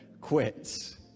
quits